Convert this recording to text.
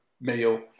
meal